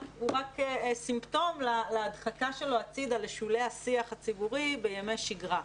היא רק סימפטום להדחקה שלו הצידה לשולי השיח הציבורי בימי שגרה.